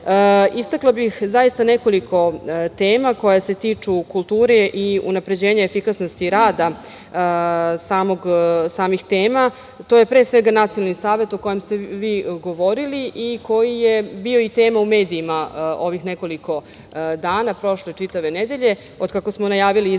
istakla bih nekoliko tema koje se tiču kulture i unapređenje efikasnosti rada samih tema. To je, pre svega, Nacionalni savet o kojem ste vi govorili i koji je bio i tema u medijima ovih nekoliko dana, prošle čitave nedelje od kako smo najavili izmenu